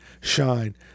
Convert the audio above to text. shine